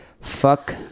fuck